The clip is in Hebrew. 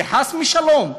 זה חס משלום.